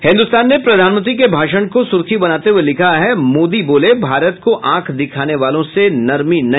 हिन्दुस्तान ने प्रधानमंत्री के भाषण को सुर्खी बनाते हुये लिखा है मोदी बोले भारत को आंख दिखाने वालों से नर्मी नहीं